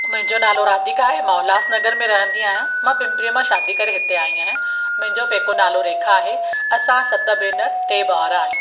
मुंहिंजो नालो राधिका आहे मां उल्हासनगर में रहंदी आहियां मां पिम्परीअ मां शादी करे हिते आई आहियां मुंहिंजो पेको नालो रेखा आहे असां सत भेनर टे भाउर आहियूं